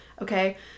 Okay